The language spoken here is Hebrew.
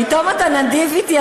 פתאום אתה נדיב אתי.